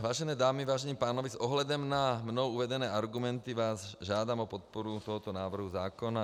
Vážené dámy, vážení pánové, s ohledem na mnou uvedené argumenty vás žádám o podporu tohoto návrhu zákona.